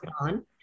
on